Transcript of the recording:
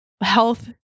health